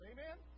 Amen